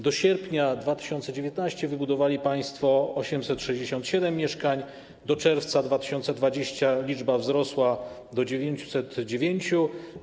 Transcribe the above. Do sierpnia 2019 r. wybudowali państwo 867 mieszkań, do czerwca 2020 r. ta liczba wzrosła do 909.